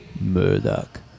Murdoch